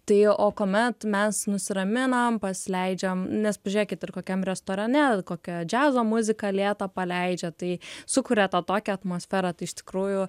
tai o kuomet mes nusiraminam pasileidžiam nes pažiūrėkit ir kokiam restorane kokią džiazo muziką lėtą paleidžia tai sukuria tą tokią atmosferą tai iš tikrųjų